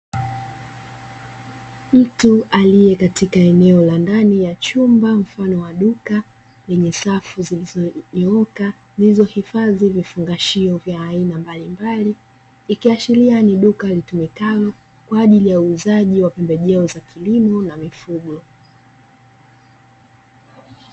Mtu aliye katika eneo la ndani ya chumba mfano wa duka lenye safu zilizonyooka, zilizohifadhi vifungashio vya aina mbalimbali; ikiashiria ni duka litumikalo kwa ajili ya uuzaji wa pembejeo za kilimo na mifugo.